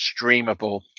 streamable